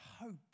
hope